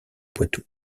poitou